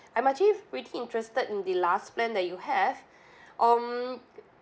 I'm actually really interested in the last plan that you have um